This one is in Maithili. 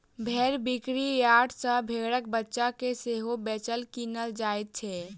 भेंड़ बिक्री यार्ड सॅ भेंड़क बच्चा के सेहो बेचल, किनल जाइत छै